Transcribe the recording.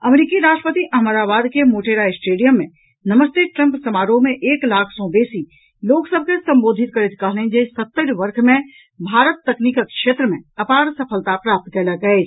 अमरीकी राष्ट्रपति अहमदाबाद के मोटेरा स्टेडियम मे नमस्ते ट्रंप समारोह मे एक लाख सॅ बेसी लोक सभ के संबोधित करैत कहलनि जे सत्तरि वर्ष मे भारत तकनीकीक क्षेत्र मे अपार सफलता प्राप्त कयलक अछि